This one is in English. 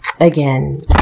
again